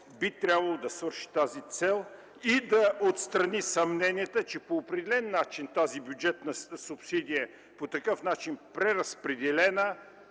би трябвало да свърши тази цел и да отстрани съмненията, че по определен начин тази бюджетна субсидия преразпределена